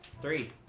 Three